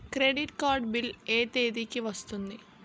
Credit card bill ఎ తేదీ కి వస్తుంది?